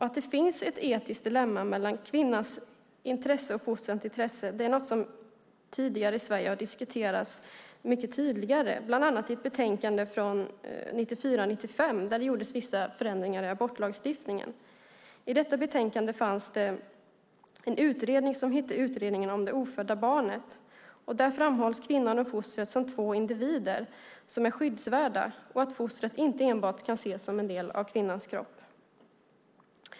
Att det finns ett etiskt dilemma mellan kvinnans intresse och fostrets intresse har tidigare i Sverige diskuterats mycket tydligare, bland annat i ett betänkande från 1994/95 då det gjordes vissa förändringar i abortlagstiftningen. I detta betänkande fanns det med en utredning som hette Utredningen om det ofödda barnet . Där framhålls kvinnan och fostret som två individer som är skyddsvärda och att fostret inte enbart kan ses som en del av kvinnans kropp.